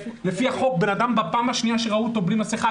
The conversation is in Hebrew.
אדם בפעם השנייה שראו אותו בלי מסכה,